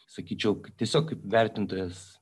sakyčiau tiesiog kaip vertintojas